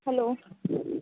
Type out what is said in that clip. hello